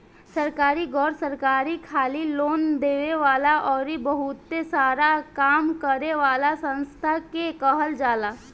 सरकारी, गैर सरकारी, खाली लोन देवे वाला अउरी बहुते सारा काम करे वाला संस्था के कहल जाला